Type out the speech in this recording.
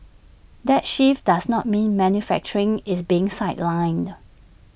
that shift does not mean manufacturing is being sidelined